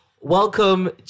Welcome